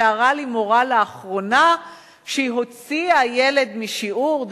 תיארה לי מורה לאחרונה שהיא הוציאה ילד משיעור,